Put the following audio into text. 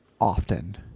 often